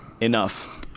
enough